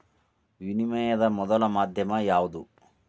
ವಿನಿಮಯದ ಮೊದಲ ಮಾಧ್ಯಮ ಯಾವ್ದು